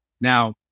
Now